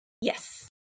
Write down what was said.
Yes